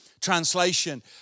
translation